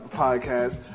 podcast